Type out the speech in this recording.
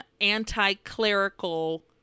anti-clerical